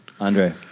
Andre